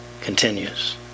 continues